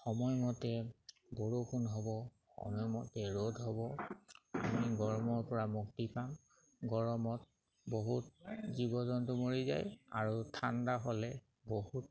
সময়মতে বৰষুণ হ'ব সময়মতে ৰ'দ হ'ব আমি গৰমৰপৰা মুক্তি পাম গৰমত বহুত জীৱ জন্তু মৰি যায় আৰু ঠাণ্ডা হ'লে বহুত